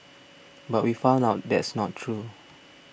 but we found out that's not true